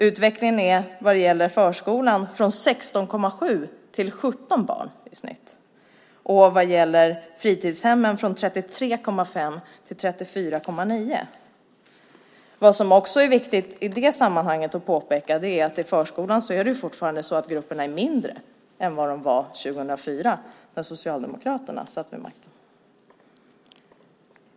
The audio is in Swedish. Utvecklingen i förskolan har gått från i snitt 16,7 till 17 barn och i fritidshemmen från 33,5 till 34,9. I sammanhanget är det viktigt att påpeka att grupperna i förskolan fortfarande är mindre i dag än de var 2004 när Socialdemokraterna hade regeringsmakten.